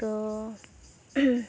ᱛᱚ